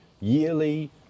yearly